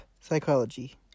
psychology